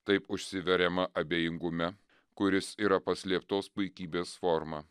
taip užsiveriama abėjingume kuris yra paslėptos puikybės forma